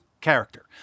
character